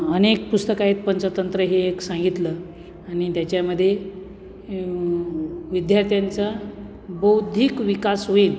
अनेक पुस्तकं आहेत पंचतंत्र हे एक सांगितलं आणि त्याच्यामध्ये विद्यार्थ्यांचा बौद्धिक विकास होईल